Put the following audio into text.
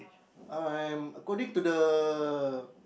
I am according to the